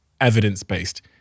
evidence-based